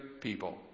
people